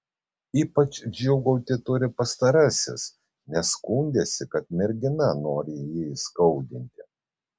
ypač džiūgauti turi pastarasis nes skundėsi kad mergina nori jį įskaudinti